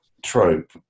trope